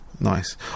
Nice